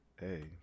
Hey